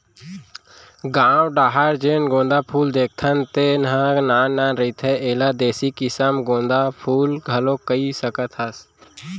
गाँव डाहर जेन गोंदा फूल देखथन तेन ह नान नान रहिथे, एला देसी किसम गोंदा फूल घलोक कहि सकत हस